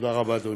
תודה רבה, אדוני.